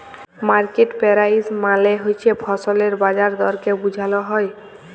market price মালে হছে ফসলের বাজার দরকে বুঝাল হ্যয়